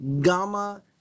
gamma